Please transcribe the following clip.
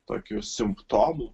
tokiu simptomu